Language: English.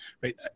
right